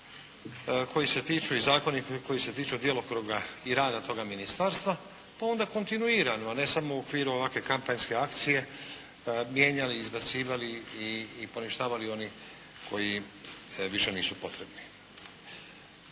koji se tiču i zakoni koji se tiču djelokruga i rada toga ministarstva pa onda kontinuirano, a ne samo u okviru ovakve kampanjske akcije mijenjali i izbacivali i poništavali oni koji više nisu potrebni.